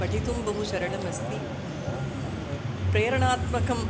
पठितुं बहु सरलम् अस्ति प्रेरणात्मकम्